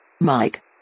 Mike